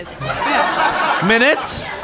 Minutes